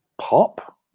pop